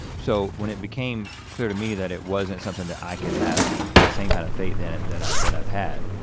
so when it became clear to me that it wasn't something that i could have, the same kind of faith in it that i've that i've had,